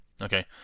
Okay